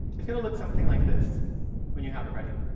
it's going to look something like this when you have it ready.